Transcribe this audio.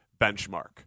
benchmark